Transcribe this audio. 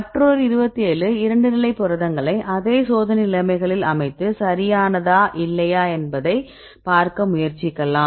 மற்றொரு 27 2 நிலை புரதங்களை அதே சோதனை நிலைமைகளில் அமைத்து சரியானதா இல்லையா என்பதை பார்க்க முயற்சிக்கலாம்